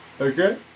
Okay